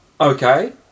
okay